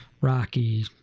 rocky